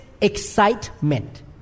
Excitement